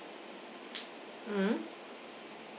mm